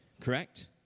correct